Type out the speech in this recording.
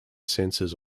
sensors